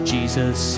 Jesus